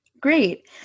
Great